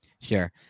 Sure